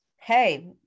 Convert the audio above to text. Hey